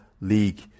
League